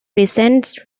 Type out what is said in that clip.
precedent